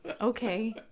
Okay